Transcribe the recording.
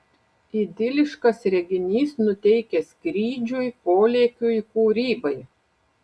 idiliškas reginys nuteikia skrydžiui polėkiui kūrybai